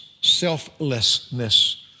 selflessness